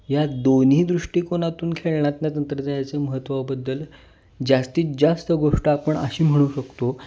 या दोन्ही दृष्टिकोनातून खेळण्यातलं तंत्रज्ञानाचे महत्त्वाबद्दल जास्तीत जास्त गोष्ट आपण अशी म्हणू शकतो